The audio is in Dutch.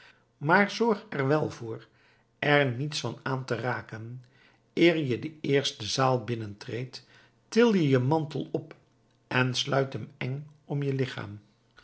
maar zorg er wel voor er niets van aan te raken eer je de eerste zaal binnentreedt til je je mantel op en sluit hem eng om je lichaam